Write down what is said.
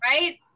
Right